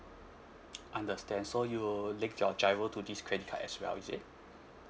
understand so you link your GIRO to this credit card as well is it